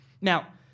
Now